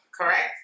Correct